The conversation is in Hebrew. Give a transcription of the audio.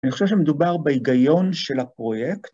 ‫אני חושב שמדובר בהיגיון של הפרויקט.